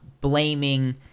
blaming